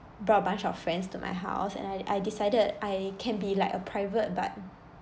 brought a bunch of friends to my house and I I decided I can be like a private but